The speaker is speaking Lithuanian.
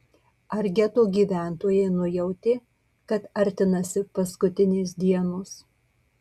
ar geto gyventojai nujautė kad artinasi paskutinės dienos